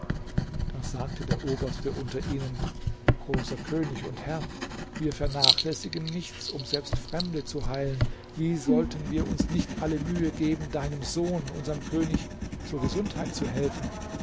da sagte der oberste unter ihnen großer könig und herr wir vernachlässigen nichts um selbst fremde zu heilen wie sollten wir uns nicht alle mühe geben deinem sohn unserm könig zur gesundheit zu helfen